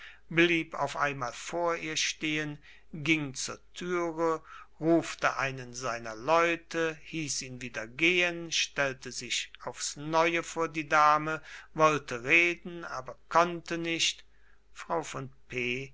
blieb auf einmal vor ihr stehen ging zur türe rufte einen seiner leute hieß ihn wieder gehen stellte sich aufs neue vor die dame wollte reden aber konnte nicht frau von p